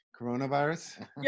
Coronavirus